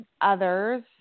others